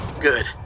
Good